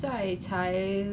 on and off lor